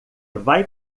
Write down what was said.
vai